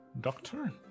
Doctor